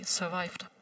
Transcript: survived